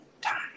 time